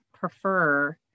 prefer